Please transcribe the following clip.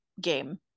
game